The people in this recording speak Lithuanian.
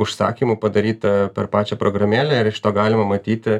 užsakymų padaryta per pačią programėlę ir iš to galima matyti